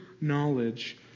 knowledge